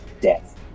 Death